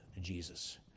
Jesus